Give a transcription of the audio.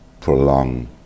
prolong